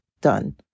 done